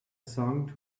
song